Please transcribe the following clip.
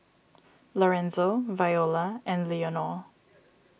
Lorenzo Viola and Leonor